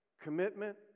commitment